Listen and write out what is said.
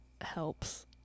helps